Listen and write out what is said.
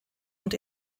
und